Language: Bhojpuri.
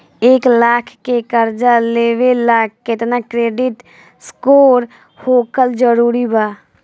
एक लाख के कर्जा लेवेला केतना क्रेडिट स्कोर होखल् जरूरी बा?